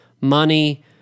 money